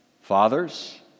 Fathers